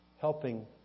helping